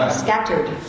scattered